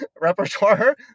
repertoire